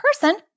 person